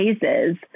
cases